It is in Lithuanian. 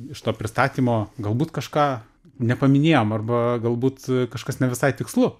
iš to pristatymo galbūt kažką nepaminėjom arba galbūt kažkas ne visai tikslu